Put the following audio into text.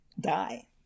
die